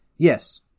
Yes